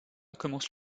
commence